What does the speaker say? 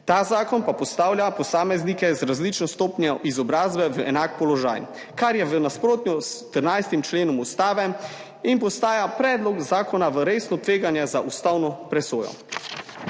Ta zakon pa postavlja posameznike z različno stopnjo izobrazbe v enak položaj, kar je v nasprotju s 13. členom Ustave in postavlja predlog zakona v resno tveganje za ustavno presojo.